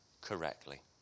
correctly